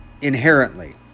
inherently